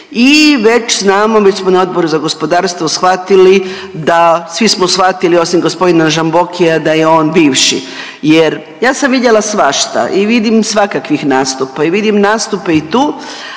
i već znamo, već smo na Odboru za gospodarstvo shvatili da, svi smo shvatili osim gospodina Žambokija da je on bivši jer ja sam vidjela svašta i vidim svakakvih nastupa i vidim nastupe i tu,